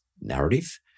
narrative